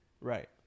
Right